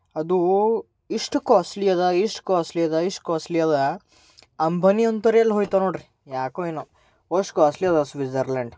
ಅದೂ ಇಷ್ಟು ಕ್ವಾಸ್ಲಿ ಇದೆ ಇಷ್ಟು ಕ್ವಾಸ್ಲಿ ಇದೆ ಇಷ್ಟು ಕ್ವಾಸ್ಲಿ ಇದೆ ಅಂಬಾನಿ ಅಂಥವ್ರೆ ಅಲ್ಲಿ ಹೋಗ್ತಾರೆ ನೋಡ್ರಿ ಯಾಕೊ ಏನೊ ಅಷ್ಟು ಕ್ವಾಸ್ಲಿ ಇದೆ ಸ್ವಿಝರ್ಲ್ಯಾಂಡ್